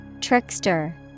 Trickster